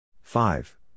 five